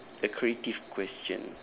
a creative question